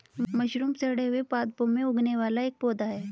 mushroom सड़े हुए पादपों में उगने वाला एक पौधा है